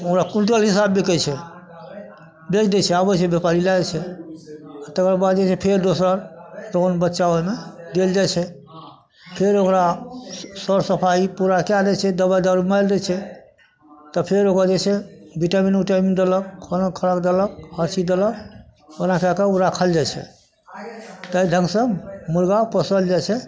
ओकरा क्विंटलके साथ बिकै छै बेच दै छै आबै छै ब्यापारी लए जाइ छै तकरबाद जे छै फेर दोसर बच्चा ओहिमे देल जाइ छै फेर ओकरा सर सफाइ पूरा कए दै छै दबाइ दारू मलि दै छै तऽ फेर ओकरा जे छै बिटामिन ओटामिन देलक खाना खोराक देलक हरचीज देलक ओना कए कऽ ओ राखल जाइ छै तहि ढङ्गसँ मुर्गा पोसल जाइत छै